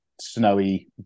snowy